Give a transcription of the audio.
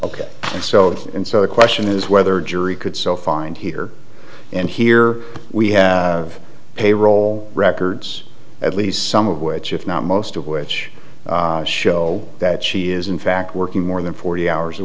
ok so and so the question is whether jury could still find here and here we have payroll records at least some of which if not most of which show that she is in fact working more than forty hours a